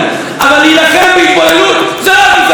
אבל להילחם בהתבוללות זו לא גזענות, תודה,